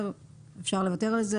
אנחנו נבדוק את זה.